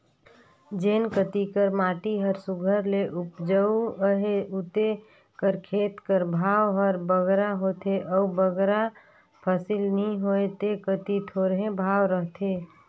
जेन कती कर माटी हर सुग्घर ले उपजउ अहे उते कर खेत कर भाव हर बगरा होथे अउ बगरा फसिल नी होए ते कती थोरहें भाव रहथे